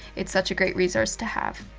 its such a great resource to have.